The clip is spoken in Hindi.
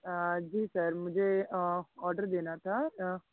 जी सर मुझे ऑर्डर देना था